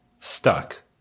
stuck